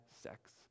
sex